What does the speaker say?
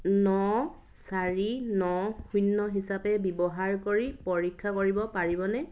ন চাৰি ন শূন্য হিচাপে ব্যৱহাৰ কৰি পৰীক্ষা কৰিব পাৰিবনে